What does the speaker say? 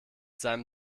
seinem